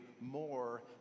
more